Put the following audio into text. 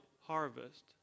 harvest